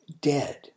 dead